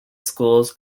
schools